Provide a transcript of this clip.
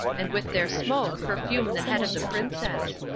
and with their smoke perfume the head of the princess.